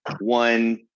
one